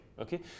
okay